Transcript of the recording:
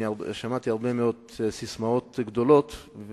שמעתי הרבה מאוד ססמאות גדולות,